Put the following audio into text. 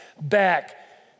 back